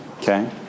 Okay